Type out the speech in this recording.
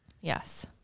Yes